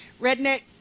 redneck